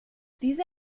diese